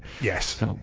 Yes